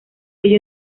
ello